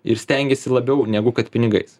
ir stengiasi labiau negu kad pinigais